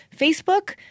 Facebook